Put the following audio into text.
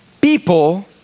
People